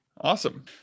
Awesome